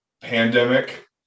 pandemic